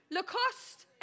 Lacoste